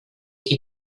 qui